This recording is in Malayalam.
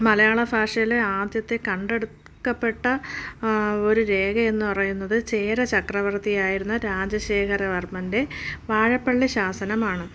മലയാള ഭാഷയിലെ ആദ്യത്തെ കണ്ടെടുക്കപ്പെട്ട ഒരു രേഖയെന്ന് പറയുന്നത് ചേര ചക്രവർത്തിയായിരുന്ന രാജശേഖര വർമ്മൻ്റെ വാഴപ്പള്ളി ശാസനമാണ്